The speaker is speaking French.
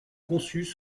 conçus